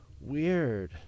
weird